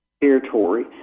territory